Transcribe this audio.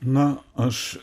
na aš